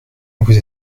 vous